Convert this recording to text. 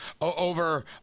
over